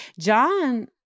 John